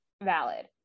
valid